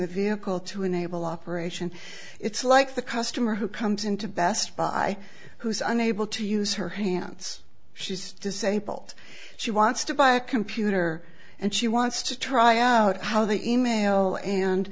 the vehicle to enable operation it's like the customer who comes into best buy who is unable to use her hands she's disabled she wants to buy a computer and she wants to try out how the e mail and